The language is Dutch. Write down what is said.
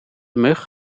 mug